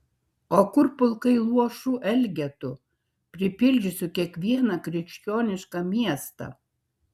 o kur pulkai luošų elgetų pripildžiusių kiekvieną krikščionišką miestą